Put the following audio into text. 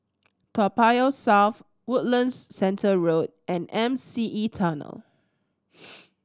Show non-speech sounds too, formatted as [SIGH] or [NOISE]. Toa Payoh South Woodlands Centre Road and M C E Tunnel [NOISE]